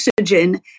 oxygen